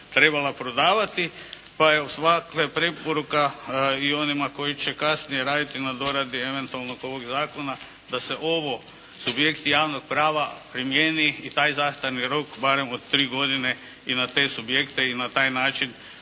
treba prodavati. Pa evo svakako je preporuka i onima koji će kasnije raditi na doradi, eventualno ovoga Zakona, da se ovo, subjekti javnog prava primjeni i taj zastarni rok barem od tri godine i na te subjekte i na taj način